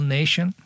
nation